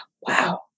Wow